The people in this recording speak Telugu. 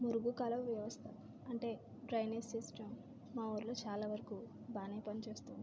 మురుగుకాలువ వ్యవస్థ అంటే డ్రైనేజ్ సిస్టమ్ మా ఊరిలో చాలా వరకు బాగా పని చేస్తుంది